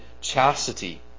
chastity